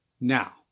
Now